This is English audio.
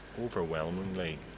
overwhelmingly